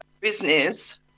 business